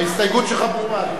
ההסתייגות שלך ברורה.